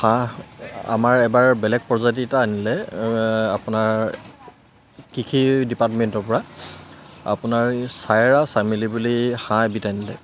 হাঁহ আমাৰ এবাৰ বেলেগ প্ৰজাতি এটা আনিলে আপোনাৰ কৃষি ডিপাৰ্টমেণ্টৰ পৰা আপোনাৰ চাইৰা চামিলি বুলি হাঁহ এবিধ আনিলে